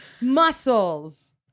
Muscles